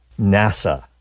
nasa